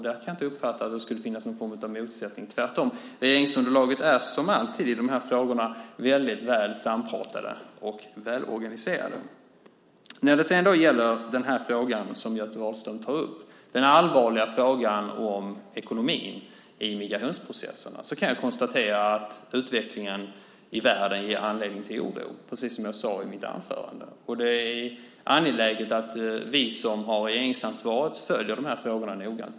Där kan jag inte uppfatta att det skulle finnas någon form av motsättning - tvärtom: Vi i regeringsunderlaget är som alltid i de här frågorna väldigt väl sammanpratade och välorganiserade. När det sedan gäller den fråga som Göte Wahlström tar upp, den allvarliga frågan om ekonomin i migrationsprocessen, kan jag konstatera att utvecklingen i världen ger anledning till oro, precis som jag sade i mitt anförande. Det är angeläget att vi som har regeringsansvar följer de här frågorna noggrant.